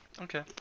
okay